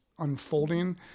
unfolding